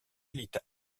élites